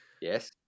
Yes